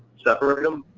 separate em,